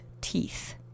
teeth